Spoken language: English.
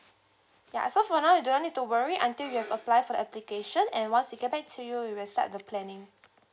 ya so for now you don't need to worry until you have apply for the application and once we get back to you we will start the planning